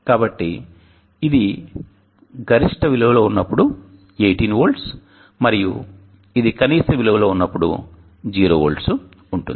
కాబట్టి ఇది గరిష్ట విలువలో ఉన్నప్పుడు 18V మరియు ఇది కనీస విలువలో ఉన్నప్పుడు ఇది 0V ఉంటుంది